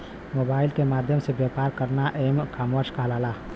mobile के माध्यम से व्यापार करना एम कॉमर्स कहलाला